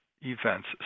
events